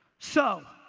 so,